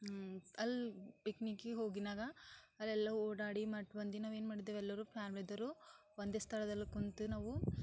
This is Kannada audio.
ಅಲ್ಲಿ ಪಿಕ್ನಿಕ್ಕಿಗೆ ಹೋಗಿನಾಗ ಅಲ್ಲೆಲ್ಲ ಓಡಾಡಿ ಮತ್ತೆ ಬಂದು ನಾವು ಏನು ಮಾಡಿದ್ದೇವೆ ಎಲ್ಲರು ಫ್ಯಾಮಿಲಿದೋರು ಒಂದೇ ಸ್ಥಳದಲ್ಲಿ ಕುಂತು ನಾವು